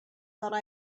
thought